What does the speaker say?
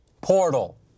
Portal